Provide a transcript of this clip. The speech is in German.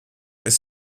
ist